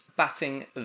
batting